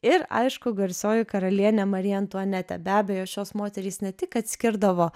ir aišku garsioji karalienė marija antuanetė be abejo šios moterys ne tik kad skirdavo